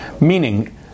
Meaning